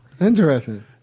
interesting